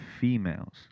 females